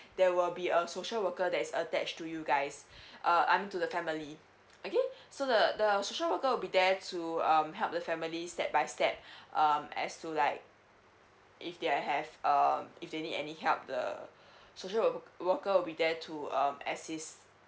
there will be a social worker that's attach to you guys uh I mean to the family okay so the the social worker will be there to um help the family step by step um as to like if they have err if they need any help the social work worker will be there to um assist